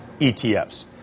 ETFs